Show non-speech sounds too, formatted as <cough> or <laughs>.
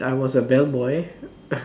I was a bellboy <laughs>